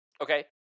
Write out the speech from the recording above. Okay